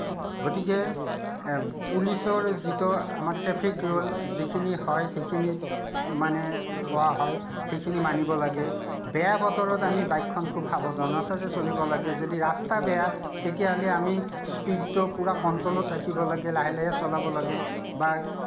গতিকে পুলিচৰ যিটো আমাৰ ট্ৰেফিক ৰুল যিখিনি হয় সেইখিনি মানে কোৱা হয় সেইখিনি মানিব লাগে বেয়া বতৰত আমি বাইকখন খুব সাৱধানতাৰে চলিব লাগে যদি ৰাস্তা বেয়া তেতিয়াহ'লে আমি স্পীডতো কন্ট্ৰলত ৰাখিব লাগে লাহে লাহে চলাব লাগে বা